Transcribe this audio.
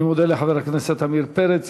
אני מודה לחבר הכנסת עמיר פרץ.